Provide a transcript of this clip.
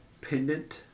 pendant